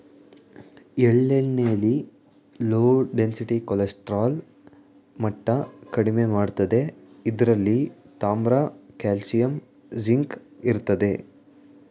ಎಳ್ಳೆಣ್ಣೆಲಿ low density cholesterol ಮಟ್ಟ ಕಡಿಮೆ ಮಾಡ್ತದೆ ಇದ್ರಲ್ಲಿ ತಾಮ್ರ ಕಾಲ್ಸಿಯಂ ಜಿಂಕ್ ಇರ್ತದೆ